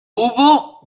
hubo